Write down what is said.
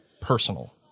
personal